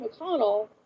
McConnell